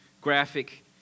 graphic